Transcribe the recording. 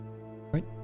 Right